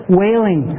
wailing